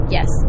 Yes